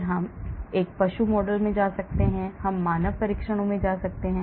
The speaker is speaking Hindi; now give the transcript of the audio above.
फिर हम पशु मॉडल में जा सकते हैं फिर हम मानव परीक्षणों में जा सकते हैं